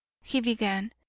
he began,